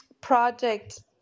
project